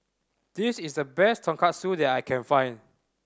this is the best Tonkatsu that I can find